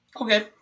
Okay